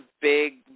big